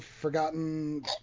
forgotten